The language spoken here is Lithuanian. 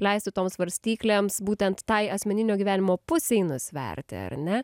leisti toms svarstyklėms būtent tai asmeninio gyvenimo pusei nusverti ar ne